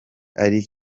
ari